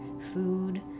food